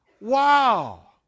Wow